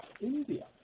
India